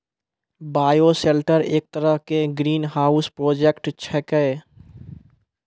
bioshelter एक तरह के ग्रीनहाउस प्रोजेक्ट छेकै